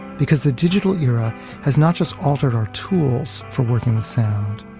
because the digital era has not just altered our tools for working with sound,